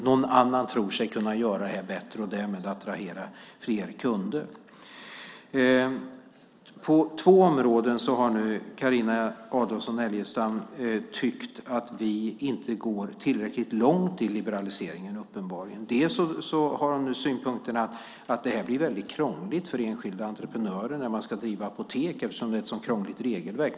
Någon annan tror sig kunna göra det här bättre och därmed attrahera fler kunder. På två områden har nu Carina Adolfsson Elgestam tyckt att vi inte går tillräckligt långt i liberaliseringen, uppenbarligen. Bland annat har hon synpunkten att det här blir väldigt krångligt för enskilda entreprenörer när de ska driva apotek, eftersom det är ett sådant krångligt regelverk.